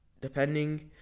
Depending